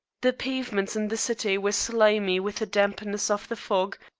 the pavements in the city were slimy with the dampness of the fog,